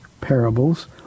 parables